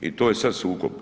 I to je sad sukob.